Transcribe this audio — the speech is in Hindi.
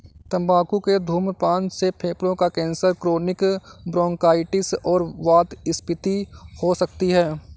तंबाकू के धूम्रपान से फेफड़ों का कैंसर, क्रोनिक ब्रोंकाइटिस और वातस्फीति हो सकती है